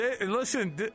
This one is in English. Listen